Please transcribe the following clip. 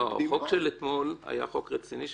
החוק ההוא היה חוק רציני.